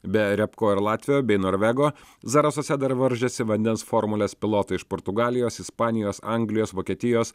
be riabko ir latvio bei norvego zarasuose dar varžėsi vandens formulės pilotai iš portugalijos ispanijos anglijos vokietijos